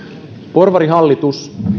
porvarihallitus